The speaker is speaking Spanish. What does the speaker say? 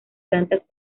plantas